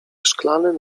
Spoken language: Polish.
szklanym